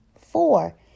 Four